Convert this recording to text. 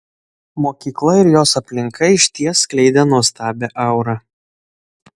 mokykla ir jos aplinka išties skleidė nuostabią aurą